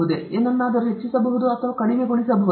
ನಾವು ಏನನ್ನಾದರೂ ಹೆಚ್ಚಿಸಬಹುದು ಅಥವಾ ಕಡಿಮೆಗೊಳಿಸಬಹುದೇ